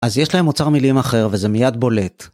אז יש להם אוצר מילים אחר, וזה מיד בולט.